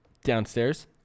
downstairs